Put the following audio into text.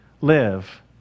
live